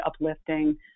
uplifting